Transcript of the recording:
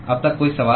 अब तक कोई सवाल